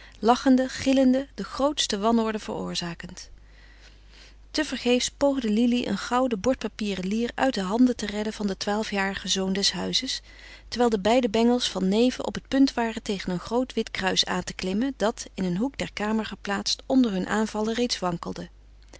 lachende gillende de grootste wanorde veroorzakend te vergeefs poogde lili een gouden bordpapieren lier uit de handen te redden van den twaalfjarigen zoon des huizes terwijl de beide bengels van neven op het punt waren tegen een groot wit kruis aan te klimmen dat in een hoek der kamer geplaatst onder hun aanvallen reeds wankelde